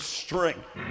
strength